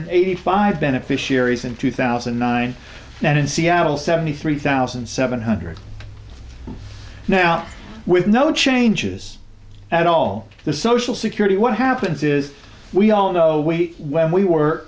eighty five beneficiaries in two thousand and nine and in seattle seventy three thousand seven hundred now with no changes at all the social security what happens is we all know we when we were